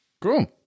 Cool